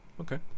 okay